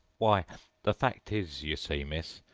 why the fact is, you see, miss,